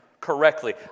correctly